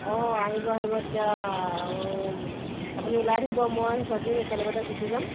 অঁ আহিব আহিব তেতিয়া আপুনি ওলাই থাকিব মই সেইফালেদি একেলগতে গুচি যাম